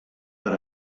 per